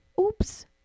oops